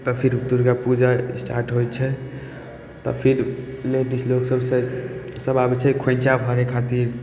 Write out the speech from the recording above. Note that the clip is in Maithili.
तऽ फिर दुर्गा पूजा स्टार्ट होइ छै तऽ फिर लेडिज लोक सब सब आबय छै खोंइछा भरय खातिर